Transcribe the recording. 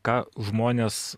ką žmonės